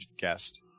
guest